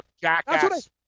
jackass